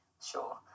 Sure